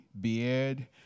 beard